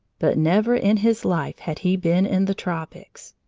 but never in his life had he been in the tropics.